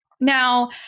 Now